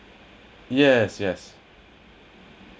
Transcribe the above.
yes yes